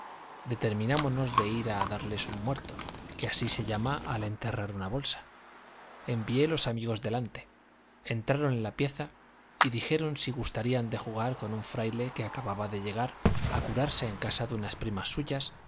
lindas determinámonos de ir a darles un muerto que así se llama el enterrar una bolsa envié los amigos delante entraron en la pieza y dijeron si gustarían de jugar con un fraile que acababa de llegar a curarse en casa de unas primas suyas